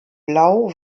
blau